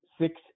six